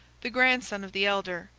the grandson of the elder,